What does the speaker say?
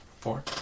Four